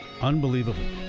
Unbelievable